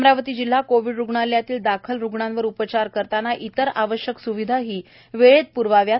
अमरावती जिल्हा कोविड रूग्णालयातील दाखल रूग्णांवर उपचार करताना इतर आवश्यक स्विधाही वेळेत प्रवाव्यात